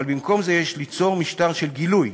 אבל במקום זה יש ליצור משטר של גילוי,